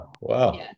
wow